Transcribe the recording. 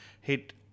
hit